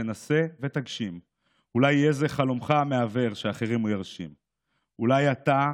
תנסה ותגשים / אולי יהיה זה חלומך המהבהב שאחרים הוא ירשים / אולי אתה,